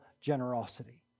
generosity